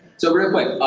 so real quick,